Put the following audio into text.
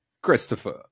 Christopher